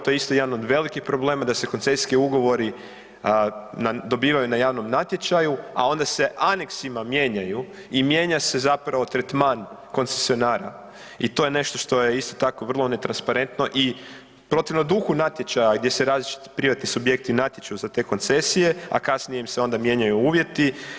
To je isto jedan od velikih problema da se koncesijski ugovori dobivaju na javnom natječaju, a onda se aneksima mijenjaju i mijenja se zapravo tretman koncesionara i to je nešto što je isto tako vrlo netransparentno i protivno duhu natječaja gdje se različiti privatni subjekti natječu za te koncesije, a kasnije im se onda mijenjaju uvjeti.